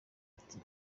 ati